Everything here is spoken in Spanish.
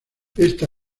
esta